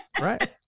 Right